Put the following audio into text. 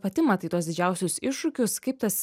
pati matai tuos didžiausius iššūkius kaip tas